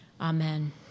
Amen